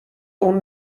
اون